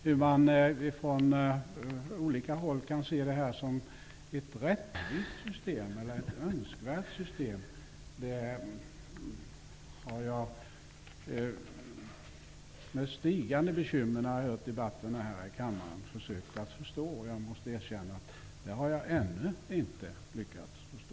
Hur man från olika hålla kan se det här som ett rättvist eller önskvärt system har jag med stigande oro, när jag har lyssnat på debatten här i kammaren, försökt att förstå. Jag måste erkänna att jag inte har lyckats.